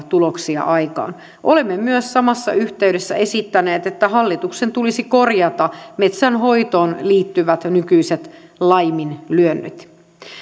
tuloksia aikaan olemme myös samassa yhteydessä esittäneet että hallituksen tulisi korjata metsänhoitoon liittyvät nykyiset laiminlyönnit